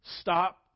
Stop